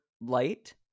light